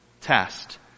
test